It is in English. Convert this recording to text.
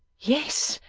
yes,